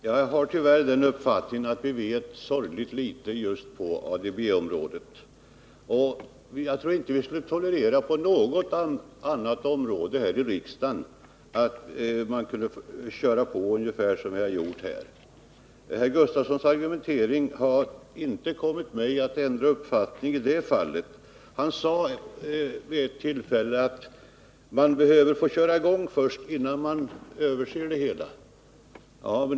Herr talman! Jag har den uppfattningen att vi vet sorgligt litet om ADB-området. Jag tror inte att vi på något annat område här i riksdagen skulle tolerera att man gick fram på det sätt som vi gjort där. Wilhelm Gustafssons argumentering har inte fått mig att ändra uppfattning i det fallet. Han sade i ett sammanhang att man behöver köra i gång systemet innan man gått igenom verksamheten i dess helhet.